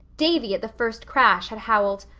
davy at the first crash had howled,